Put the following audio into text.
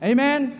Amen